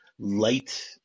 light